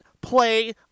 play